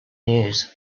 news